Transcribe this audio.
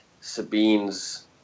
Sabine's